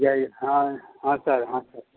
जा ई हँ हँ सर हँ सर